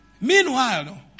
Meanwhile